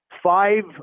Five